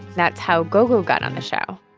that's how gougou got on the show.